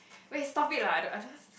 wait stop it lah I don't